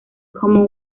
common